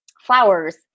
flowers